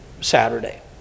Saturday